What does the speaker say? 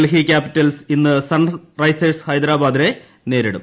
Delhi Capitals ഇന്ന് Sunrisers ഹൈദരാബാദിനെ നേരിടും